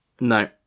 No